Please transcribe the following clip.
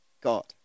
God